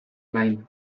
lain